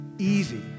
easy